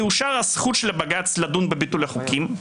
תאושר הזכות של הבג"ץ לדון בביטול החוקים,